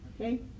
Okay